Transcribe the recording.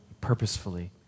purposefully